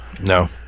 No